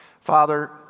Father